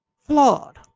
flawed